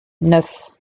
neuf